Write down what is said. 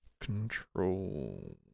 Control